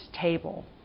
table